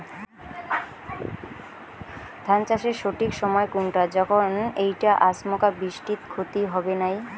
ধান চাষের সঠিক সময় কুনটা যখন এইটা আচমকা বৃষ্টিত ক্ষতি হবে নাই?